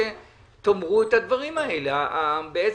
אין התחרות בעצם.